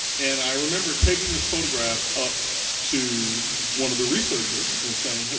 and i remember taking this photograph up to one of the researchers and saying,